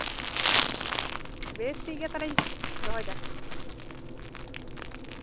ᱵᱮᱥ ᱴᱷᱤᱠᱜᱮᱭᱟ ᱛᱟᱞᱦᱮᱧ ᱫᱚᱦᱚᱭ ᱫᱟ